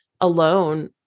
alone